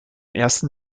ersten